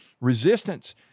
Resistance